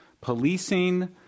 policing